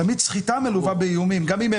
תמיד סחיטה מלווה באיומים, גם אם הם